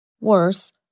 Worse